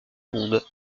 monde